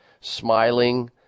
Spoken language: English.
smiling